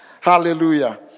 hallelujah